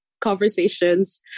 conversations